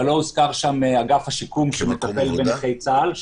אבל לא הוזכר שם אגף השיקום שמטפל בנכי צה"ל,